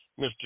Mr